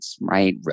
right